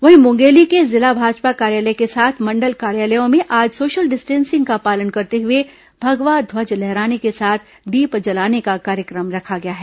वहीं मुंगेली के जिला भाजपा कार्यालय के साथ मंडल कार्यालयों में आज सोशल डिस्टेसिंग का पालन करते हुए भगवा ध्वज लहराने के साथ दीप जलाने का कार्यक्रम रखा गया है